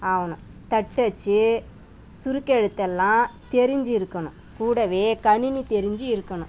ஆகணும் தட்டச்சு சுருக்கெழுத்தெல்லாம் தெரிஞ்சு இருக்கணும் கூடவே கணினி தெரிஞ்சு இருக்கணும்